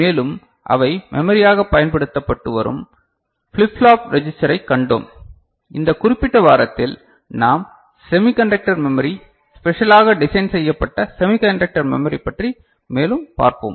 மேலும் அவை மெமரியாகப் பயன்படுத்தப்பட்டு வரும் ஃபிளிப் ஃப்ளாப் ரெஜிஸ்டரை கண்டோம் இந்த குறிப்பிட்ட வாரத்தில் நாம் செமிகண்டக்டர் மெமரி ஸ்பெஷலாக டிசைன் செய்யப்பட்ட செமிகண்டக்டர் மெமரி பற்றி மேலும் பார்ப்போம்